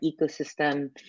ecosystem